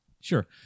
Sure